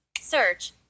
search